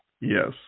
Yes